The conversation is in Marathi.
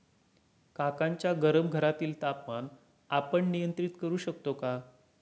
काकांच्या गरम घरातील तापमान आपण नियंत्रित करु शकतो का?